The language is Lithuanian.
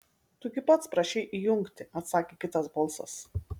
tu gi pats prašei įjungti atsakė kitas balsas